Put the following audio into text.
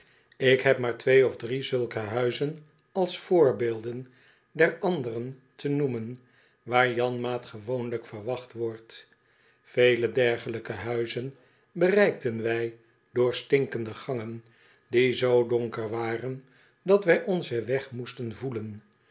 ik heb maar twee of drie zulke huizen als voorbeelden der anderen te noemen waar janmaat gewoonlijk verwacht wordt vele dergel yke huizen bereikten wij door stinkende gangen die zoo donker waren dat wij onzen weg moesten voelen